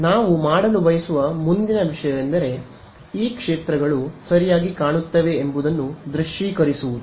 ನಾವು ಮಾಡಲು ಬಯಸುವ ಮುಂದಿನ ವಿಷಯವೆಂದರೆ ಈ ಕ್ಷೇತ್ರಗಳು ಸರಿಯಾಗಿ ಕಾಣುತ್ತವೆ ಎಂಬುದನ್ನು ದೃಶ್ಯೀಕರಿಸುವುದು